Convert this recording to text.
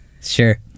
Sure